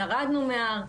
ירדנו מההר.